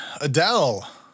Adele